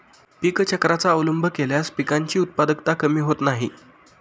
पीक चक्राचा अवलंब केल्यास पिकांची उत्पादकता कमी होत नाही